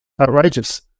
outrageous